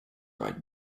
right